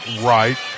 Right